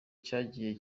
cyagiye